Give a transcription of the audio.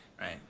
right